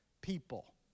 people